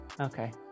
Okay